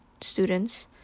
students